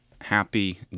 Happy